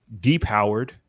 depowered